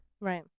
Right